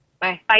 Bye